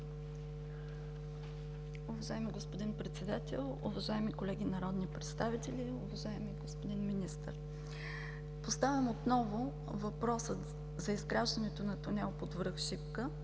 Уважаеми господин Председател, уважаеми колеги народни представители, уважаеми господин Министър! Поставям отново въпроса за изграждането на тунел под връх Шипка,